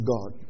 God